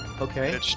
okay